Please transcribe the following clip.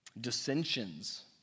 Dissensions